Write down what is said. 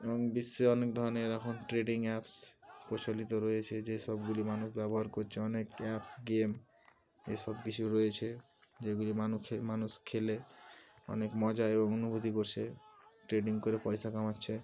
এবং বিশ্বে অনেক ধরনের এখন ট্রেডিং অ্যাপস প্রচলিত রয়েছে যেসবগুলি মানুষ ব্যবহার করছে অনেক অ্যাপস গেম এসব কিছু রয়েছে যেগুলি মানুষ খে মানুষ খেলে অনেক মজা এবং অনুভূতি করছে ট্রেডিং করে পয়সা কামাচ্ছে